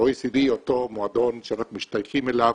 ה-OECD, אותו מועדון שאנחנו משתייכים אליו.